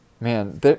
man